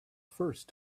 first